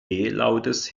lautes